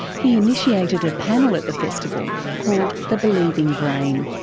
he initiated a panel at the festival called the believing brain.